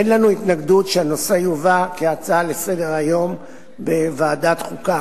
אין לנו התנגדות שהנושא יובא כהצעה לסדר-היום לדיון בוועדת החוקה,